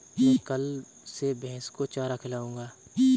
मैं कल से भैस को चारा खिलाऊँगा